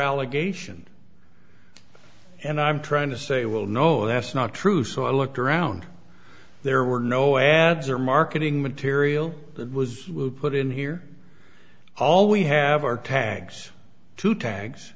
allegation and i'm trying to say well no that's not true so i looked around there were no ads or marketing material that was put in here all we have are tags to ta